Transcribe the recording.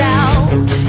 out